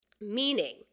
Meaning